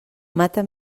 mata